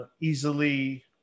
easily